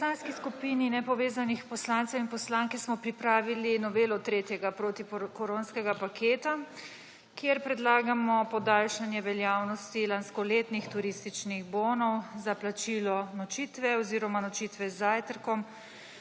V Poslanski skupini nepovezanih poslancev in poslanke smo pripravili novelo tretjega protikoronskega paketa, kjer predlagamo podaljšanje veljavnosti lanskoletnih turističnih bonov za plačilo nočitve oziroma nočitve z zajtrkom